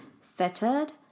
fettered